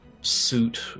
suit